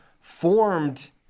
formed